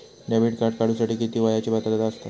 Debit card काढूसाठी किती वयाची पात्रता असतात?